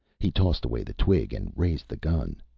he tossed away the twig and raised the gun.